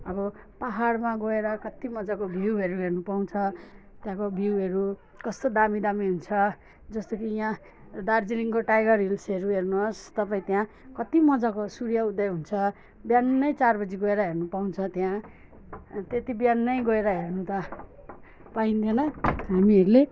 अब पाहाडमा गएर कत्ति मजाको भ्यूहरू हेर्नु पाउँछ त्यहाँको भ्यूहरू कस्तो दामी दामी हुन्छ जस्तो कि यहाँ दार्जिलिङको टाइगर हिल्सहरू हेर्नुहोस् तपाईँ त्यहाँ कति मजाको सूर्य उदय हुन्छ बिहान नै चार बजी गएर हेर्नुपाउँछ त्यहाँ त्यत्ति बिहान नै गएर हेर्नु त पाइँदैन हामीहरूले